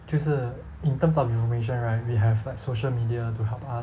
就是 in terms of information right we have like social media to help us